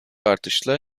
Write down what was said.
artışla